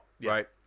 right